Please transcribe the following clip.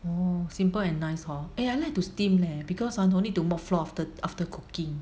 oh simple and nice hor eh I like to steam leh because ah no need to mop floor after after cooking